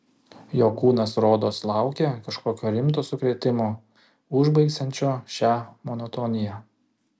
jo kūnas rodos laukė kažkokio rimto sukrėtimo užbaigsiančio šią monotoniją